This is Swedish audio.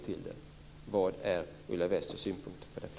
Vilken är Ulla Westers ståndpunkt?